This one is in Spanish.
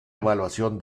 evaluación